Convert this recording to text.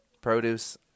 Produce